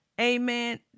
Amen